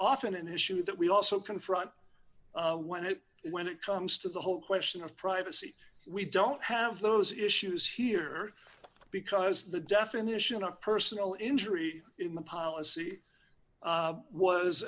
often an issue that we also confront when it when it comes to the whole question of privacy we don't have those issues here because the definition of personal injury in the policy